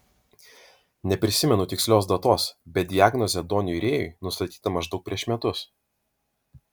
neprisimenu tikslios datos bet diagnozė doniui rėjui nustatyta maždaug prieš metus